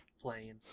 playing